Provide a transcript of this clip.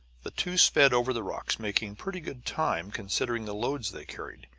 the two sped over the rocks, making pretty good time considering the loads they carried.